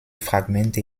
fragmente